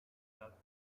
daughter